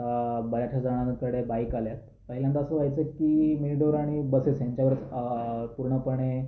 आता बऱ्याचश्या जणांकडे बाईक आल्या आहेत पहिल्यांदा असं व्हायचं की मिनीडोर आणि बसेस यांच्यावरच पूर्णपणे